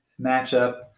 matchup